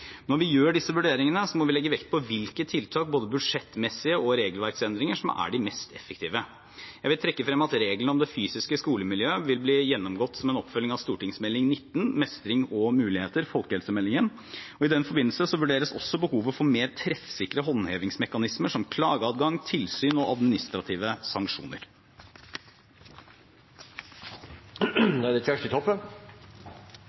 Når vi gjør disse vurderingene, må vi legge vekt på hvilke tiltak, både budsjettmessige og regelverksendringer, som er de mest effektive. Jeg vil trekke frem at regelen om det fysiske skolemiljøet vil bli gjennomgått som en oppfølging av Meld. St. 19 for 2014–2015, Folkehelsemeldingen – Mestring og muligheter, og i den forbindelse vurderes også behovet for mer treffsikre håndhevingsmekanismer, som klageadgang, tilsyn og administrative sanksjoner